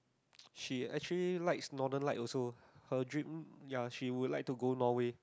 she actually like northern like also her dream ya she would like to go Norway